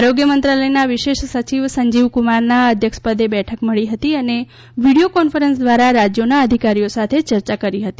આરોગ્યમંત્રાલયના વિશેષ સચિવ સંજીવકુમારના અધ્યક્ષપદે બેઠક મળી હતી અને વીડીયો કોન્ફરન્સ દ્વારા રાજયોના અધિકારીઓ સાથે ચર્ચા કરી હતી